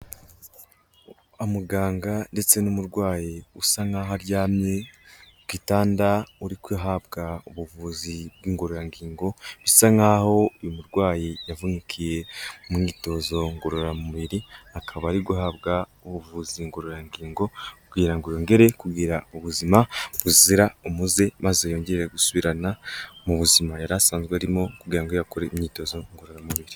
Muganga ndetse n'umurwayi usa nk'aho aryamye ku gitanda urihabwa ubuvuzi bw'ingororangingo bisa nkaho uyu murwayi yavunikiye mu myitozo ngororamubiri akaba ari guhabwa ubuvuzi ngororangingo kugira ngo yongere kugira ubuzima buzira umuze maze yongere gusubirana mu buzima yari asanzwe arimo kuganga akora imyitozo ngororamubiri.